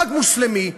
חג מוסלמי,